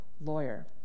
lawyer